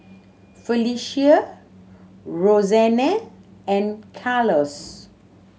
Felecia Rosanne and Carlos